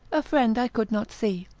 a friend i could not see.